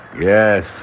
Yes